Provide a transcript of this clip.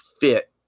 Fit